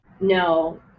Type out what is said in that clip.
No